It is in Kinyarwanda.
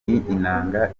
inanga